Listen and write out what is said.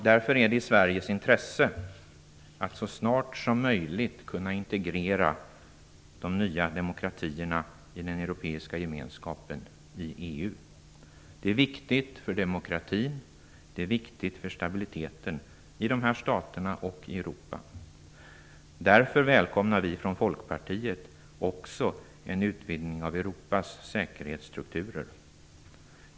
Därför är det i Sveriges intresse att så snart möjligt integrera de nya demokratierna i den europeiska gemenskapen. Det är viktigt för demokratin och stabiliteten i de här staterna och i Europa. Därför välkomnar vi från Folkpartiet också en utvidgning av Europas säkerhetsstrukturer.